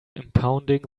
impounding